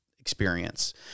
experience